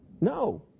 no